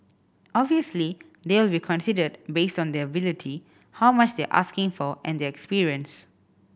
obviously they'll be considered based on their ability how much they are asking for and their experience